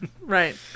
Right